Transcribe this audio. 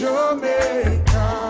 Jamaica